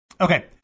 okay